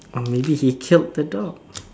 or maybe he killed the dog